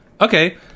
okay